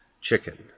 chicken